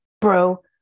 bro